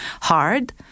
hard